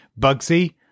Bugsy